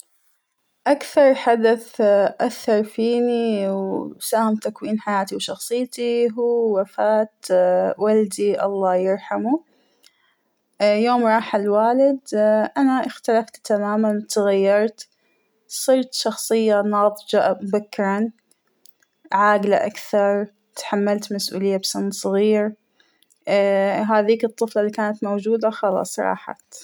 اكثر حدث أثر فينى وساهم بتكوين حياتى وشخصيتى هو وفاة والدى الله يرحمه ، يوم رحل الوالد أنا أختلفت تماماً أتغيرت صرت شخصية ناضجة مبكراً، عاقلة أكثر تحملت مسؤولية بسن صغير ، ااا- هديك الطفلة اللى كانت موجودة خلاص راحت.